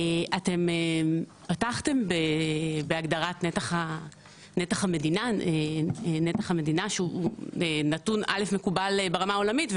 אתם פתחתם בהגדרת נתח המדינה שהוא נתון א' מקובל ברמה העולמית,